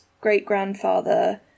great-grandfather